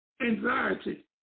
anxiety